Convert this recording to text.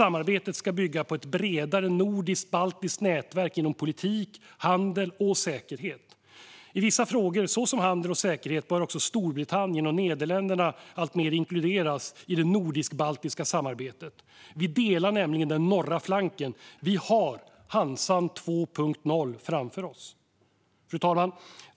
Samarbetet ska bygga på ett bredare nordiskt-baltiskt nätverk inom politik, handel och säkerhet. I vissa frågor, såsom handel och säkerhet, bör också Storbritannien och Nederländerna inkluderas i det nordiskbaltiska samarbetet. Vi delar nämligen den norra flanken och har Hansan 2.0 framför oss. Fru talman!